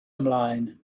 ymlaen